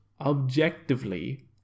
objectively